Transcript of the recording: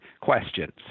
questions